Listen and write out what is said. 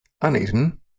uneaten